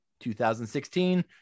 2016